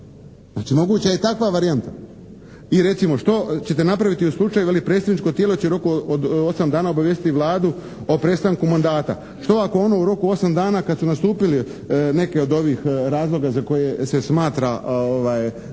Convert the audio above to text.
Znači moguća je i takva varijanta. I recimo što ćete napraviti u slučaju veli: «Predstavničko tijelo će u roku od 8 dana obavijestiti Vladu o prestanku mandata». Što ako ono u roku 8 dana kad su nastupili neki od ovih razloga za koje se smatra da prestaje